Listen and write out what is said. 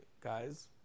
guys